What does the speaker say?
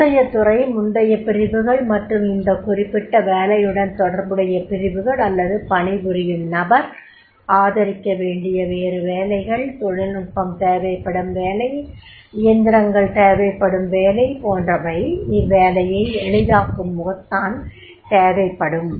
முந்தைய துறை முந்தைய பிரிவுகள் மற்றும் இந்த குறிப்பிட்ட வேலையுடன் தொடர்புடைய பிரிவுகள் அல்லது பணிபுரியும் நபர் ஆதரிக்க வேண்டிய வேறு வேலைகள் தொழில்நுட்பம் தேவைப்படும் வேலை இயந்திரங்கள் தேவைப்படும் வேலை போன்றவை இவ்வேலையை எளிதாக்கும் முகத்தான் தேவைப்படும்